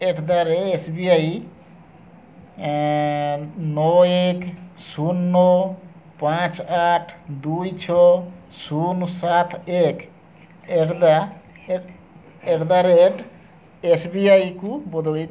at the rate S B I ନଅ ଏକ ଶୂନ ନଅ ପାଞ୍ଚ ଆଠ ଦୁଇ ଛଅ ଶୂନ ସାତ ଏକ at the at the rate ଏସ୍ବିଆଇକୁ ବଦଳାଇ ଦିଅ